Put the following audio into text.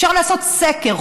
אפשר לעשות סקר,